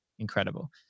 Incredible